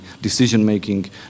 decision-making